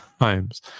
times